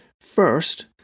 First